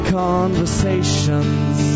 conversations